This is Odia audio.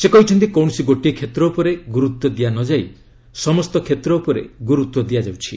ସେ କହିଛନ୍ତି କୌଣସି ଗୋଟିଏ କ୍ଷେତ୍ର ଉପରେ ଗୁରୁତ୍ୱ ଦିଆନଯାଇ ସମସ୍ତ କ୍ଷେତ୍ର ଉପରେ ଗୁରୁତ୍ୱ ଦିଆଯାଉଛି